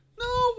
No